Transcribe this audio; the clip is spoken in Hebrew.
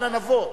אנה נבוא?